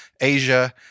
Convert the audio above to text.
Asia